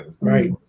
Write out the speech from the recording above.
right